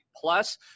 Plus